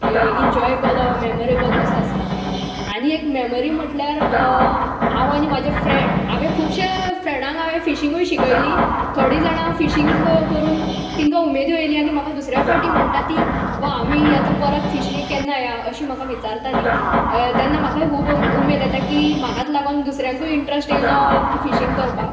enjoyable or memorable असो आसता आनी एक मेमरी म्हणल्यार हांव आनी म्हजे फ्रेंड हांवें खुबशे फ्रेंडाक फिशींगूय शिकयली थोडी जाणां फिशींग करून तांकां उमेदूय आयली आनी म्हाका दुसऱ्यां फावटी म्हणटा ती वा आमी आतां परत केन्ना फिशींगेक केन्ना या म्हाका विचारता ती तेन्ना म्हाकाय खूब उमेद येता की म्हाकाच लागून दुसऱ्यांकूय इंट्रस्ट आयलो फिशींग करपाक